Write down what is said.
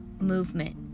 Movement